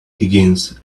higgins